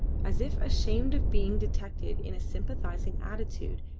as if ashamed of being detected in a sympathising attitude,